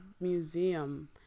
museum